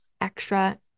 extra